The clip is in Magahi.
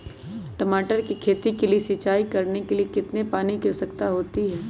टमाटर की खेती के लिए सिंचाई करने के लिए कितने पानी की आवश्यकता होती है?